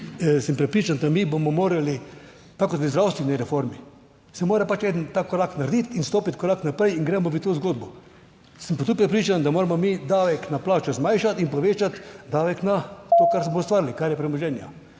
sem prepričan, da mi bomo morali, tako kot v zdravstveni reformi, se mora pač en tak korak narediti in stopiti korak naprej in gremo v to zgodbo. Sem pa tudi prepričan, da moramo mi davek na plače zmanjšati in povečati davek na / znak za konec razprave/ to, kar smo ustvarili, kar je premoženja